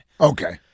Okay